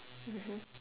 mmhmm